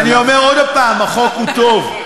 ואני אומר עוד הפעם: החוק הוא טוב,